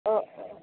অ' অ'